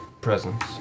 presence